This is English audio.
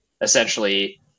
essentially